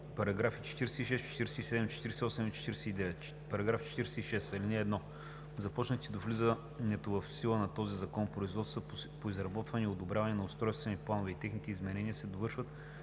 параграфи 46, 47, 48 и 49: „§ 46. (1) Започнатите до влизането в сила на този закон производства по изработване и одобряване на устройствени планове и техни изменения се довършват